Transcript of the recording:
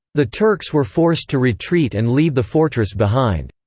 the turks were forced to retreat and leave the fortress behind.